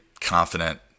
confident